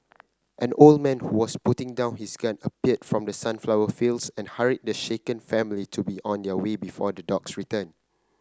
an old man who was putting down his gun appeared from the sunflower fields and hurried the shaken family to be on their way before the dogs return